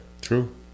True